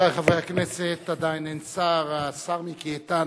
רבותי חברי הכנסת, עדיין אין שר, השר מיקי איתן,